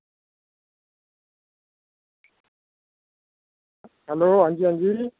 hello हां जी हां जी